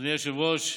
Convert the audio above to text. אדוני היושב-ראש,